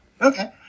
Okay